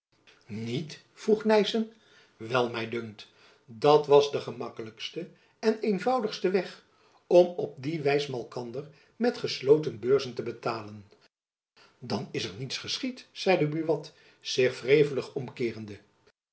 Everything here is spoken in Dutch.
niet vroeg nyssen wel my dunkt dat was de gemakkelijkste en eenvoudigste weg om op die wijs malkander met gesloten beurzen te betalen dan is er niets geschied zeide buat zich wrevelig omkeerende